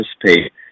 participate